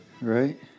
Right